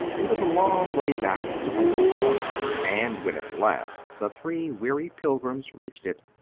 it was a long way back to the little farm-house, and when at last the three weary pilgrims reached it,